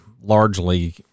largely